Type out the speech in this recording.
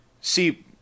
See